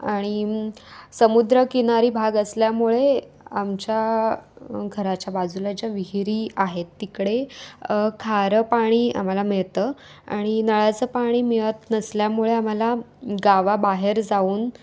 आणि समुद्रकिनारी भाग असल्यामुळे आमच्या घराच्या बाजूला ज्या विहिरी आहेत तिकडे खारं पाणी आम्हाला मिळतं आणि नळाचं पाणी मिळत नसल्यामुळे आम्हाला गावाबाहेर जाऊन